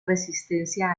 resistencia